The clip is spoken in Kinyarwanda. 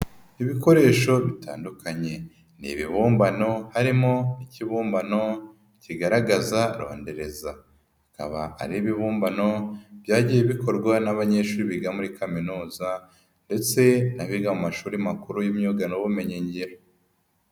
Ibikoresho bitandukanye, ni ibibumbano harimo n'ikibumbano kigaragaza rondereza akaba ari ibiibibumbano byagiye bikorwa n'abanyeshuri biga muri kaminuza ndetse n'abiga mu mashuri makuru y'imyuga n'ubumenyi ngiro.